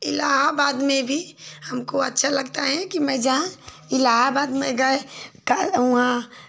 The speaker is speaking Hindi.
इलाहाबाद में भी हमको अच्छा लगता है कि मैं जाएँ इलाहाबाद में गए वहाँ